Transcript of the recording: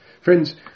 Friends